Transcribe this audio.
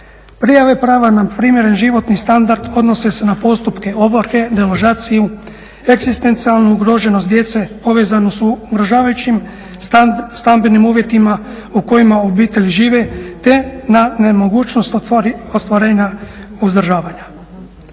Prijave prava na primjeren životni standard odnose se na postupke ovrhe, deložaciju, egzistencijalnu ugroženost djece povezanu s ugrožavajućim stambenim uvjetima u kojima obitelji žive, te na nemogućnost ostvarenja uzdržavanja.